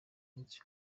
iminsi